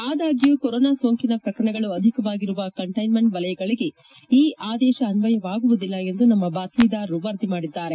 ಆದಾಗ್ಲೂ ಕೊರೊನಾ ಸೋಂಕಿನ ಪ್ರಕರಣಗಳು ಅಧಿಕವಾಗಿರುವ ಕಂಟೈನ್ನೆಂಟ್ ವಲಯಗಳಿಗೆ ಈ ಆದೇಶ ಅನ್ವಯವಾಗುವುದಿಲ್ಲ ಎಂದು ನಮ್ಮ ಬಾತ್ತೀದಾರರು ವರದಿ ಮಾಡಿದ್ದಾರೆ